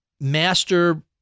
master